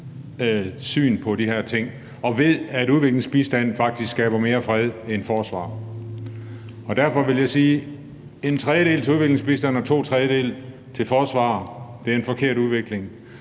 på de her ting, og som ved, at udviklingsbistand faktisk skaber mere fred end forsvar. Derfor vil jeg sige, at en tredjedel til udviklingsbistand og to tredjedele til forsvar er en forkert udvikling.